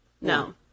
no